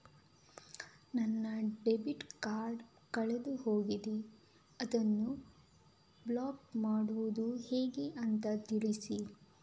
ನನ್ನ debit card ಕಳೆದು ಹೋಗಿದೆ, ಅದನ್ನು ಬ್ಲಾಕ್ ಮಾಡುವುದು ಹೇಗೆ ಅಂತ ತಿಳಿಸಿ?